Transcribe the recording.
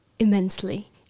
Immensely